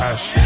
Ash